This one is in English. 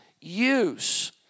use